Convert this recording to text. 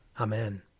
Amen